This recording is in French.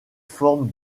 forme